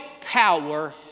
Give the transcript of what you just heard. power